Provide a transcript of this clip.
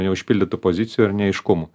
neužpildytų pozicijų ir neaiškumų